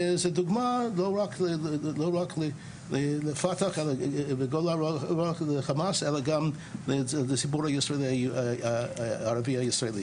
וזו דוגמא לא רק לחמאס אלא גם לסיפור הערבי הישראלי.